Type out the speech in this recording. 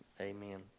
Amen